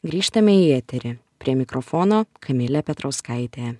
grįžtame į eterį prie mikrofono kamilė petrauskaitė